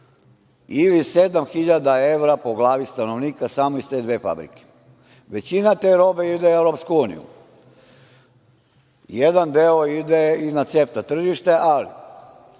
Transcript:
ili 7.000 evra po glavi stanovnika samo iz te dve fabrike. Većina te robe ide u Evropsku uniju, jedan deo ide i na CEFTA tržište. Moram